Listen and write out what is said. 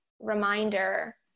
reminder